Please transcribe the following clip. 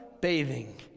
bathing